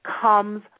comes